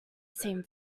same